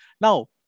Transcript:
Now